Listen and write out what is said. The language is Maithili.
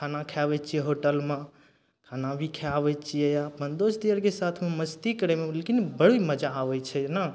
खाना खाइ अबय छियै होटलमे खाना भी खाइ अबय छियै आओर अपन दोस्त यारके साथमे मस्ती करयमे लेकिन बड़ी मजा आबय छै ने